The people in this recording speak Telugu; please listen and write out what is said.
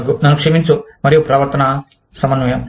దగ్గు నన్ను క్షమించు మరియు ప్రవర్తనా సమన్వయం